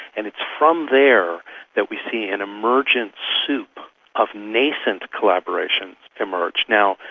and it's from there that we see an emergent soup of nascent collaborations emerge. now,